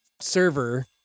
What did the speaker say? server